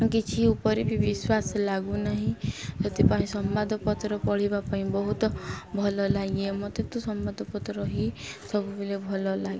କିଛି ଉପରେ ବି ବିଶ୍ୱାସ ଲାଗୁ ନାହିଁ ସେଥିପାଇଁ ସମ୍ବାଦପତ୍ର ପଢ଼ିବା ପାଇଁ ବହୁତ ଭଲ ଲାଗେ ମୋତେ ତ ସମ୍ବାଦପତ୍ର ହିଁ ସବୁବେଳେ ଭଲ ଲାଗେ